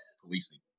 policing